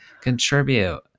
contribute